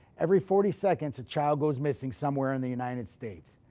every forty seconds a child goes missing somewhere in the united states.